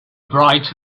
bright